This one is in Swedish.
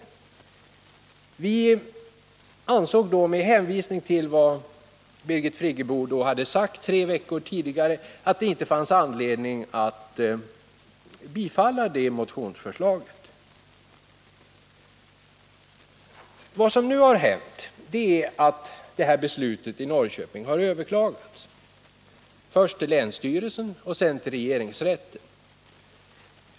Utskottet ansåg då med hänvisning till vad Birgit Friggebo hade sagt tre veckor tidigare att det inte fanns anledning att tillstyrka motionsförslaget. Vad som nu har hänt är att beslutet i Norrköping har överklagats först till länsstyrelsen och sedan till regeringsrätten.